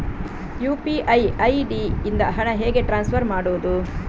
UPI ID ಇಂದ ಹಣ ಹೇಗೆ ಟ್ರಾನ್ಸ್ಫರ್ ಮಾಡುದು?